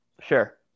Sure